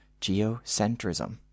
geocentrism